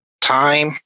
time